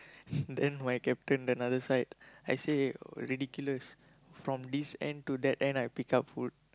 then my captain another side I say ridiculous from this end to that end I pick up food